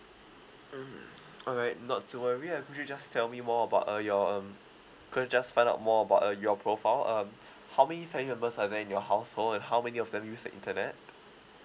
mm alright not to worry can you just tell me more about uh your um could I just find out more about uh your profile um how many family members are there in your household and how many of them use the internet